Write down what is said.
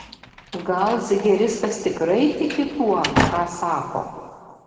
gal zigeristas tikrai tiki tuo ją sako